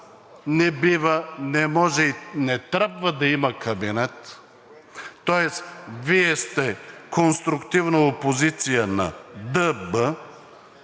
не трябва да има кабинет, тоест Вие сте конструктивна опозиция на ДБ,